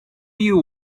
you